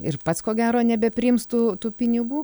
ir pats ko gero nebepriims tų tų pinigų